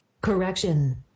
correction